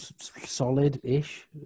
solid-ish